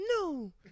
No